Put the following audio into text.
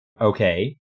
okay